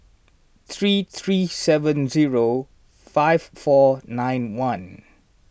three three seven zero five four nine one